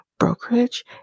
brokerage